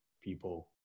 people